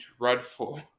dreadful